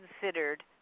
considered